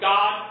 God